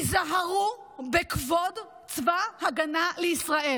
היזהרו בכבוד צבא ההגנה לישראל.